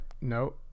No